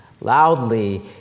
loudly